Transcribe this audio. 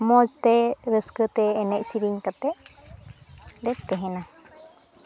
ᱢᱚᱡᱽ ᱛᱮ ᱨᱟᱹᱥᱠᱟᱹᱛᱮ ᱮᱱᱮᱡ ᱥᱮᱨᱤᱧ ᱠᱟᱛᱮ ᱞᱮ ᱛᱮᱦᱮᱱᱟ